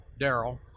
Daryl